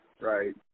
right